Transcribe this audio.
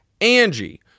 Angie